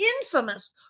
infamous